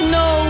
no